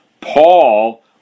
Paul